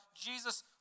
Jesus